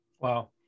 Wow